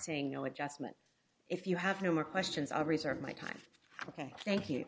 saying no adjustment if you have no more questions of reserve my time ok thank you